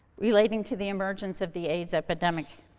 relating to the emergence of the aids epidemic.